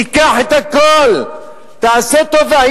תיקח את הכול, תעשה טובה.